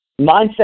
Mindset